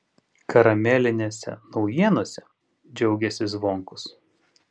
karamelinėse naujienose džiaugėsi zvonkus